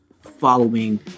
following